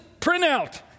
printout